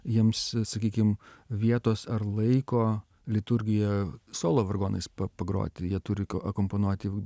jiems sakykim vietos ar laiko liturgiją solo vargonais pa pagroti jie turi ką akompanuoti va